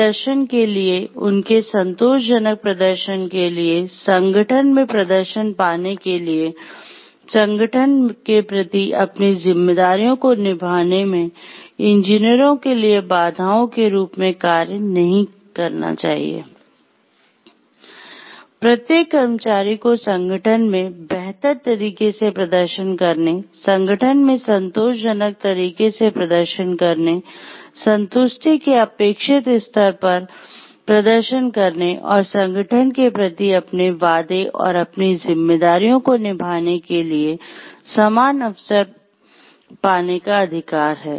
प्रत्येक कर्मचारी को संगठन में बेहतर तरीके से प्रदर्शन करने संगठन में संतोषजनक तरीके से प्रदर्शन करने संतुष्टि के अपेक्षित स्तर पर प्रदर्शन करने और संगठन के प्रति अपने वादे और अपनी जिम्मेदारियों को निभाने के लिए समान अवसर पाने का अधिकार है